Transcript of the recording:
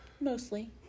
Mostly